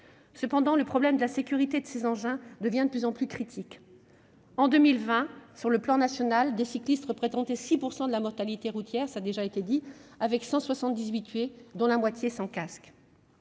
à faire. Le problème de la sécurité de ces engins devient de plus en plus critique. En 2020, sur le plan national, les cyclistes représentaient 6 % de la mortalité routière, cela a déjà été souligné, avec 178 tués, dont la moitié sans casque.